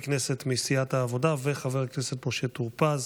כנסת מסיעת העבודה וחבר כנסת משה טור פז.